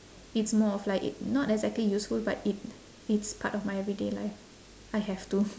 it's more of like i~ not exactly useful but it it's part of my everyday life I have to